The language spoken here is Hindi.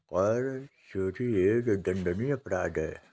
कर चोरी एक दंडनीय अपराध है